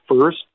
first